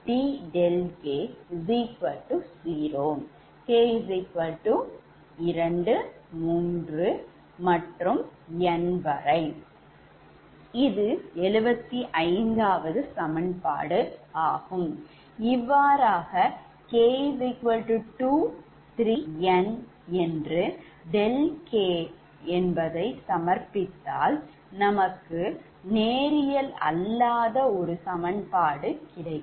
இவ்வாறாக k2 k3 kn என்று ɗk சமர்ப்பித்தால் நமக்கு நேரியல் அல்லாத ஒரு சமன்பாடு கிடைக்கும்